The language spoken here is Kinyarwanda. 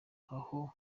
aho